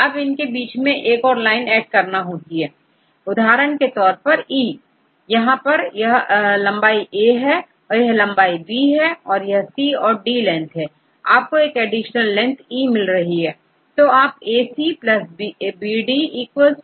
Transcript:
अब इनके बीच में एक और लाइन ऐड करना है उदाहरण के तौर परE यहां यह लंबाईA है और यह लंबाईB है और यहC और यहD लेंथ है यहां पर आपको एडिशनल लेंथ E की दी गई है